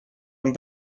een